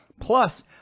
Plus